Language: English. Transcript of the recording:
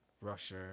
Russia